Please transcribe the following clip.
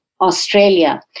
Australia